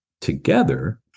together